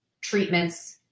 treatments